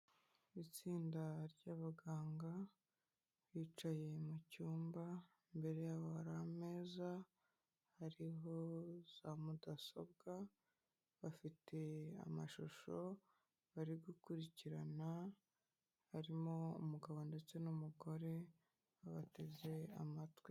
Itsinda ry'abaganga, bicaye mu cyumba imbere yabo hari ameza, hariho za mudasobwa, bafite amashusho bari gukurikirana, harimo umugabo ndetse n'umugore babateze amatwi.